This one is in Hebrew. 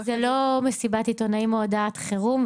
זו לא מסיבת עיתונאים או הודעת חירום,